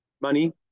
money